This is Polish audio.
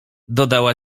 dodała